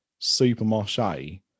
Supermarché